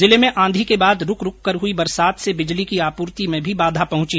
जिले में आंधी के बाद रूक रूक कर हुई बरसात से बिजली की आपूर्ति में भी बाधा पहुंची